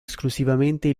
esclusivamente